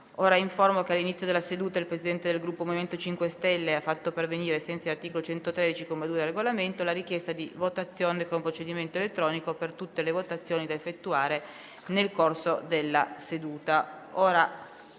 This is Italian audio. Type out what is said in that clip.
l'Assemblea che all'inizio della seduta il Presidente del Gruppo MoVimento 5 Stelle ha fatto pervenire, ai sensi dell'articolo 113, comma 2, del Regolamento, la richiesta di votazione con procedimento elettronico per tutte le votazioni da effettuare nel corso della seduta.